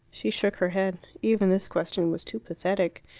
she shook her head. even this question was too pathetic.